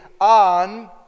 on